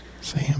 Sam